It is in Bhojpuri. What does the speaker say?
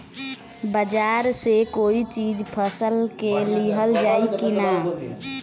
बाजार से कोई चीज फसल के लिहल जाई किना?